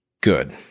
Good